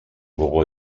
more